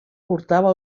portava